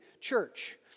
church